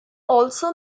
also